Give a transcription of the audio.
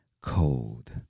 Cold